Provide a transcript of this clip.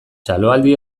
txaloaldi